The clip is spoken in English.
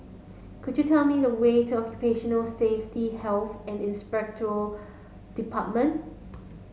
could you tell me the way to Occupational Safety Health and Inspectorate Department